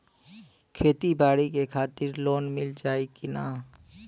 खेती बाडी के खातिर लोन मिल जाई किना?